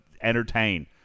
entertain